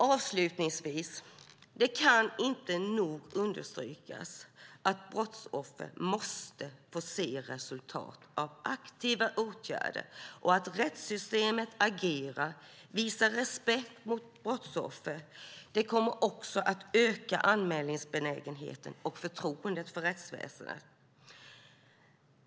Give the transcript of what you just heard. Avslutningsvis kan det inte nog understrykas att brottsoffret måste få se resultat av aktiva åtgärder. Rättssystemet måste agera och visa respekt för brottsoffret. Det kommer också att öka anmälningsbenägenheten och förtroendet för rättsväsendet.